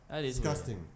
disgusting